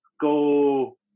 go